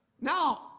Now